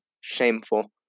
Shameful